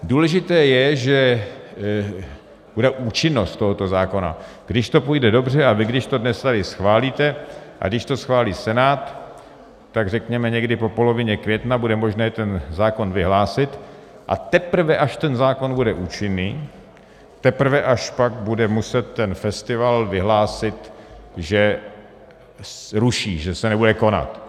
Důležité je, že bude účinnost tohoto zákona když to půjde dobře a vy když to dnes tady schválíte a když to schválí Senát, tak řekněme někdy po polovině května bude možné ten zákon vyhlásit, a teprve až ten zákon bude účinný, teprve až pak bude muset ten festival vyhlásit, že ruší, že se nebude konat.